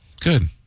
Good